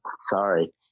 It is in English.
Sorry